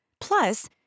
Plus